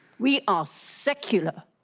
we are secular.